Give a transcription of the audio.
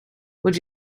would